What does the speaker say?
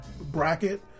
bracket